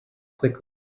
quickly